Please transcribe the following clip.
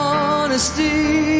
Honesty